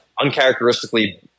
uncharacteristically